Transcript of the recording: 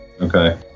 Okay